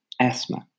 asthma